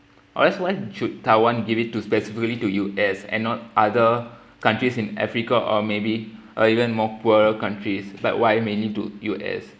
or else should taiwan give it to specifically to U_S and not other countries in africa or maybe even more poorer countries like why mainly to U_S